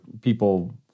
people